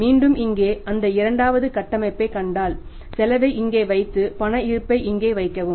மீண்டும் இங்கே இந்த இரண்டாவது கட்டமைப்பைக் கண்டால் செலவை இங்கே வைத்து பண இருப்பை இங்கே வைக்கவும்